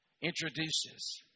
introduces